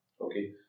Okay